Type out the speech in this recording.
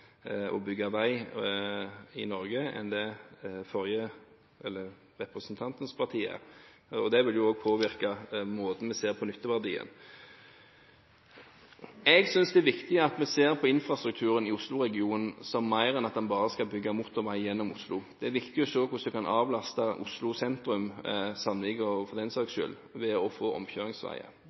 å bygge vei i Norge enn det representantens parti er. Det vil også påvirke måten vi ser på nytteverdien på. Jeg synes det er viktig at vi ser på infrastrukturen i Oslo-regionen som mer enn at man bare skal bygge motorvei gjennom Oslo. Det er viktig å se hvordan det kan avlaste Oslo sentrum – Sandvika også for den saks skyld – ved å få omkjøringsveier.